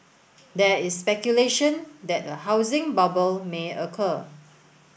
there is speculation that a housing bubble may occur